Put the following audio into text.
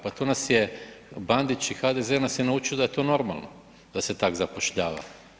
Pa to nas je Bandić i HDZ nas je naučio da je to normalno, da se tak zapošljava.